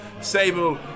Sable